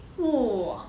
!wah!